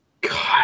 God